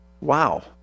Wow